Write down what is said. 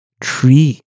tree